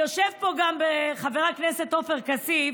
יושב פה גם חבר הכנסת עופר כסיף